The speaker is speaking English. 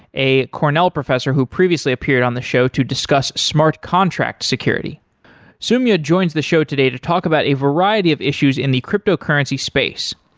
a cornell professor who previously appeared on the show to discuss smart contract security soumya joins the show today to talk about a variety of issues in the cryptocurrency space.